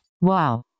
wow